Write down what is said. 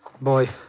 Boy